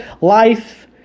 life